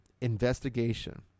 investigation